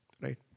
Right